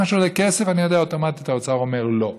מה שעולה כסף, אני יודע שאוטומטית האוצר אומר: לא.